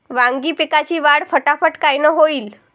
वांगी पिकाची वाढ फटाफट कायनं होईल?